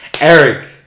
Eric